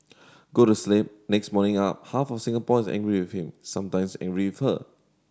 go to sleep next morning up half of Singapore is angry with him sometimes angry with her